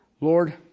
Lord